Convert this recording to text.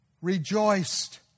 rejoiced